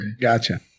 Gotcha